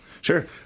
Sure